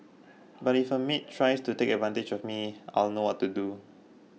but if a maid tries to take advantage of me I'll know what to do